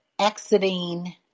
exiting